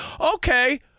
okay